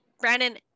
Brandon